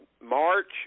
March